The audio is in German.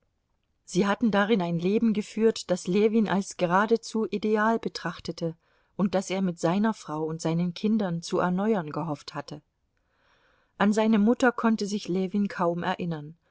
sie hatten darin ein leben geführt das ljewin als geradezu ideal betrachtete und das er mit seiner frau und seinen kindern zu erneuern gehofft hatte an seine mutter konnte sich ljewin kaum erinnern